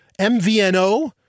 MVNO